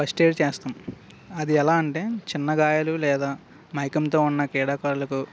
first aid చేస్తాం అది ఎలా అంటే చిన్నగాయాలు లేదా మైకంతో ఉన్న క్రీడాకారులకు